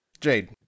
Jade